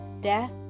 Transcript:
death